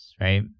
right